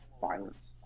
violence